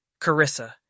Carissa